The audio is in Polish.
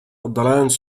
oddalając